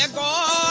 like raw